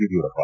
Yediyurappa